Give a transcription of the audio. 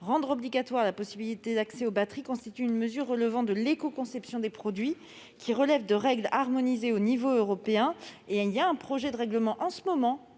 rendre obligatoire la possibilité d'accès aux batteries constitue une mesure relevant de l'écoconception des produits, qui est soumise à des règles harmonisées au niveau européen. Or un projet de règlement, en ce moment